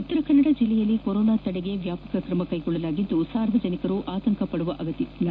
ಉತ್ತರಕನ್ನಡ ಜಿಲ್ಲೆಯಲ್ಲಿ ಕೊರೊನಾ ತಡೆಗೆ ವ್ಯಾಪಕ ಕ್ರಮ ಕೈಗೊಳ್ಳಲಾಗಿದ್ದು ಸಾರ್ವಜನಿಕರು ಭಯಪಡುವ ಅಗತ್ಯವಿಲ್ಲ